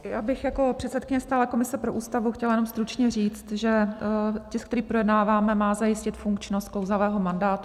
Já bych jako předsedkyně stálé komise pro ústavu chtěla jenom stručně říct, že tisk, který projednáváme, má zajistit funkčnost klouzavého mandátu.